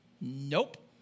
nope